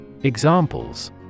Examples